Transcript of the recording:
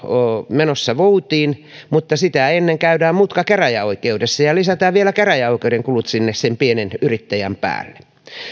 menossa voutiin mutta sitä ennen käydään mutka käräjäoikeudessa ja ja lisätään vielä käräjäoikeuden kulut sinne sen pienen yrittäjän päälle